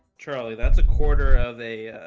charlie that's a quarter of a